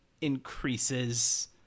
increases